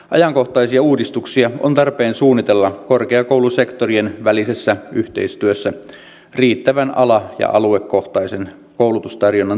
ajankohtaisia uudistuksia on tarpeen suunnitella korkeakoulusektorien välisessä yhteistyössä riittävän ala ja aluekohtaisen koulutustarjonnan turvaamiseksi